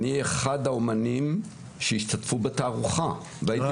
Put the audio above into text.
אני אחד מהאומנים שהשתתפו בתערוכה והייתי